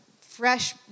fresh